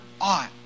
ought